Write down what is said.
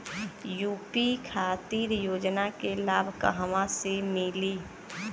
UP खातिर के योजना के लाभ कहवा से मिली?